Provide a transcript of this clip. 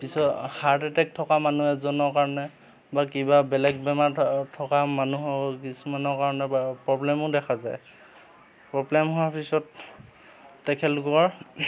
পিছত heart attack থকা মানুহ এজনৰ কাৰণে বা কিবা বেলেগ বেমাৰ থ থকা মানুহৰ কিছুমানৰ কাৰণে বা প্ৰব্লেমো দেখা যায় প্ৰব্লেম হোৱাৰ পিছত তেখেতলোকৰ